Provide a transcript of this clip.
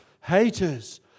haters